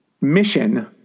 mission